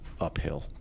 uphill